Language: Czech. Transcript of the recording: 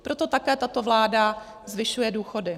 Proto také tato vláda zvyšuje důchody.